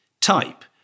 type